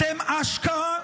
אתם אשכרה,